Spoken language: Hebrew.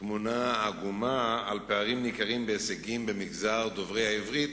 תמונה עגומה של פערים ניכרים בהישגים במגזר דוברי הערבית